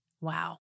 Wow